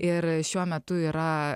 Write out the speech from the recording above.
ir šiuo metu yra